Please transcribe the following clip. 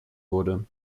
wurde